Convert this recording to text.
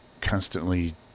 constantly